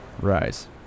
rise